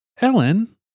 Ellen